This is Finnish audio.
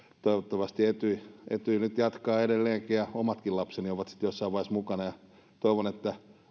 toivottavasti etyj nyt jatkaa edelleenkin ja omatkin lapseni ovat sitten jossain vaiheessa mukana toivon että